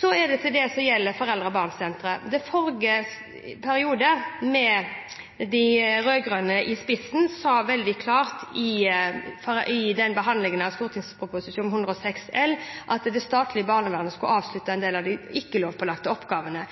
Så til det som gjelder senter for foreldre og barn. I forrige periode, med de rød-grønne i spissen, sa en veldig klart i behandlingen av Prop. 106 L for 2012–2013 at det statlige barnevernet skulle avslutte en del av de ikke-lovpålagte oppgavene.